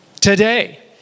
today